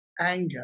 anger